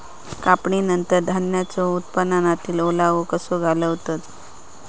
कापणीनंतर धान्यांचो उत्पादनातील ओलावो कसो घालवतत?